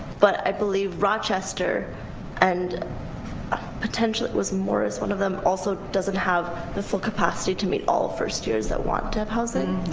but i believe rochester and potentially it was morris, one of them also doesn't have the full capacity to meet all first years that want to have housing.